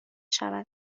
شود